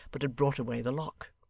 but had brought away the lock.